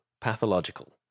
Pathological